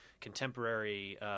contemporary